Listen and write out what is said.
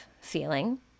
feeling